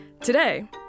Today